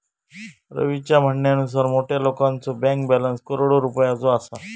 रवीच्या म्हणण्यानुसार मोठ्या लोकांचो बँक बॅलन्स करोडो रुपयात असा